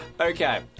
Okay